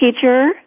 teacher